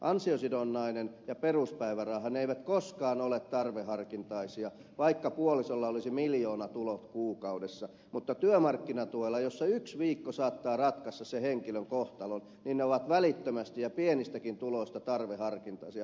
ansiosidonnainen ja peruspäiväraha eivät koskaan ole tarveharkintaisia vaikka puolisolla olisi miljoonatulot kuukaudessa mutta työmarkkinatuella jossa yksi viikko saattaa ratkaista sen henkilön kohtalon etuudet ovat välittömästi ja pienistäkin tuloista tarveharkintaisia